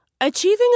Achieving